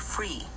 Free